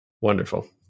Wonderful